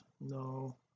no